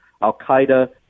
al-Qaeda